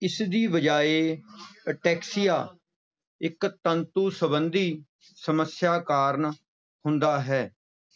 ਇਸ ਦੀ ਬਜਾਏ ਅਟੈਕਸੀਆ ਇੱਕ ਤੰਤੂ ਸੰਬੰਧੀ ਸਮੱਸਿਆ ਕਾਰਨ ਹੁੰਦਾ ਹੈ